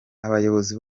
abayobozi